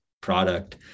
product